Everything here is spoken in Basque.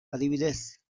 adibidez